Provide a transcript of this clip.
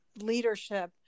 leadership